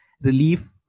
relief